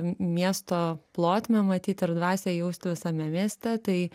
miesto plotmę matyt ir dvasią jausti visame mieste tai